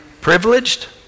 privileged